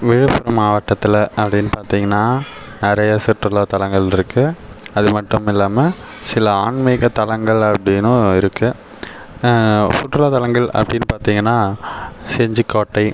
விழுப்புரம் மாவட்டத்தில் அப்படினு பார்த்தீங்கன்னா நிறையா சுற்றுலா தளங்கள் இருக்குது அது மட்டும் இல்லாமல் சில ஆன்மீக தளங்கள் அப்படினும் இருக்குது சுற்றுலா தளங்கள் அப்படினு பார்த்தீங்கன்னா செஞ்சி காேட்டை